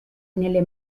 nelle